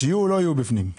שיהיו בפנים או לא?